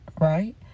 right